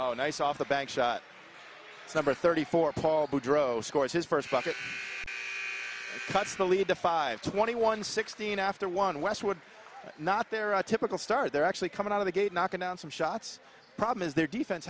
oh nice off the bank shot summer thirty four paul boudreau scored his first budget cuts the lead to five twenty one sixteen after one westwood not there a typical star there actually coming out of the gate not going down some shots problem is their defense